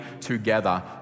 together